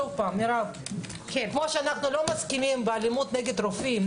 כפי שאנחנו לא מסכימים לאלימות נגד רופאים,